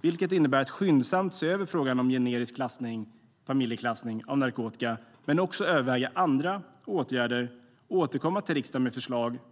vilket innebär att skyndsamt se över frågan om generisk klassning - familjeklassning - av narkotika men också att överväga andra åtgärder och återkomma till riksdagen med förslag.